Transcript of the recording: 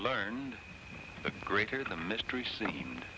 learned the greater the mystery seemed